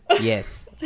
Yes